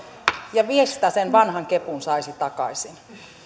ja mistä sen vanhan kepun saisi takaisin